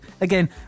again